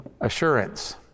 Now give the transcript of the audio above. Assurance